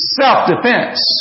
self-defense